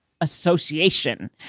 Association